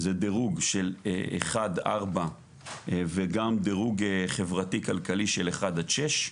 זה דירוג של אחד עד ארבע וגם דירוג חברתי כלכלי של אחד עד שש.